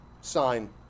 sign